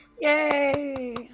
Yay